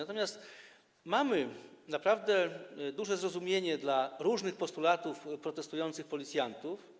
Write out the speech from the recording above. Natomiast mamy naprawdę duże zrozumienie w przypadku różnych postulatów protestujących policjantów.